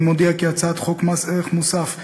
אני מודיע כי הצעת חוק מס ערך מוסף (תיקון,